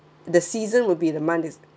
the season will be the month